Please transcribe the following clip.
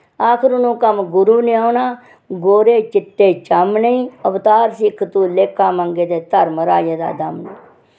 आखर ओह् कम्म गुरु नै औना गोरे चिट्टे चम नेईं अवतार सिक्ख तू लेखा मंग दे धर्मराजे दा दम नेईं